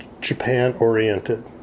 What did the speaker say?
Japan-oriented